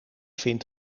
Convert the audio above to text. vind